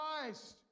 Christ